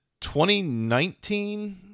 2019